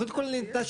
תוכנית כוללנית,